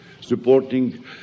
supporting